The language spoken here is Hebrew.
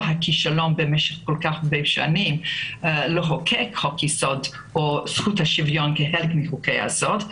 הכישלון המתמשך לחוקק חוק-יסוד או לשבץ את זכות היסוד כחלק מחוקי היסוד.